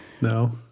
No